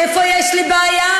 איפה יש לי בעיה?